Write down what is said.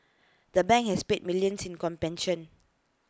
the bank has paid millions in